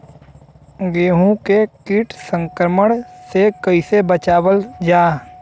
गेहूँ के कीट संक्रमण से कइसे बचावल जा?